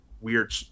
weird